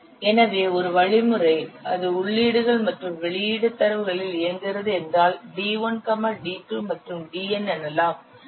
எனவே ஒரு வழிமுறை அது உள்ளீடுகள் மற்றும் வெளியீட்டு தரவுகளில் இயங்குகிறது என்றால் d1 d2 மற்றும் dn எனலாம்